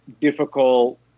difficult